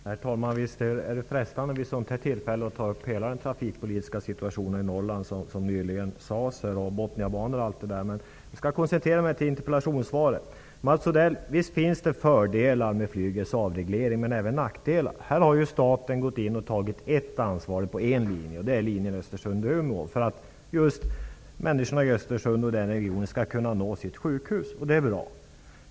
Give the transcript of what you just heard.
Herr talman! Det är frestande att vid ett sådant här tillfälle ta upp hela den trafikpolitiska situationen i Norrland, som nyligen sades här, med Botniabanan osv., men jag skall koncentrera mig till interpellationssvaret. Visst finns det fördelar med flygets avreglering, Mats Odell, men det finns även nackdelar. Här har staten gått in och tagit ansvar på en linje. Det är linjen Östersund--Umeå. Det har man gjort för att människorna i Östersundsregionen skall kunna nå sitt sjukhus. Det är bra.